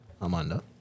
amanda